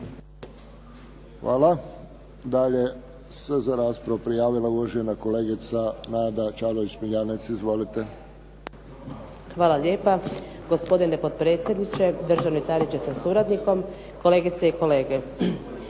Hvala. Dalje se za raspravu prijavila uvažena kolegica Nada Čavlović Smiljanec. Izvolite. **Čavlović Smiljanec, Nada (SDP)** Hvala lijepa gospodine potpredsjedniče, državni tajniče sa suradnikom, kolegice i kolege.